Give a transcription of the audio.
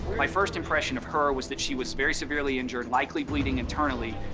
my first impression of her was that she was very severely injured, likely bleeding internally,